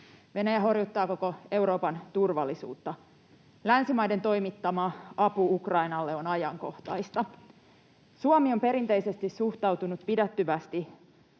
Venäjä horjuttaa koko Euroopan turvallisuutta. Länsimaiden toimittama apu Ukrainalle on ajankohtaista. Suomi on perinteisesti suhtautunut pidättyvästi